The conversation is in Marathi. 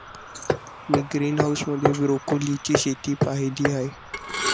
मी ग्रीनहाऊस मध्ये ब्रोकोलीची शेती पाहीली आहे